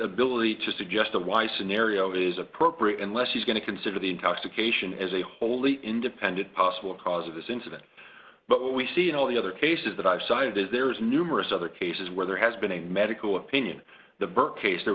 ability to suggest a why scenario is appropriate unless he's going to consider the intoxication as a wholly independent possible cause of this incident but what we see in all the other cases that i've cited is there's numerous other cases where there has been a medical opinion the burke case there